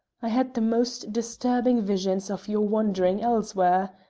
i had the most disturbing visions of your wandering elsewhere.